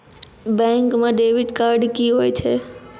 Bank म debit card की होय छै?